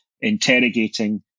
interrogating